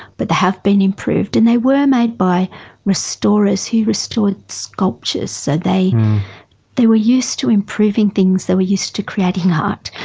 but they have been improved. and they were made by restorers who restored sculptures, so they they were used to improving things, they were used to creating art,